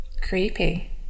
Creepy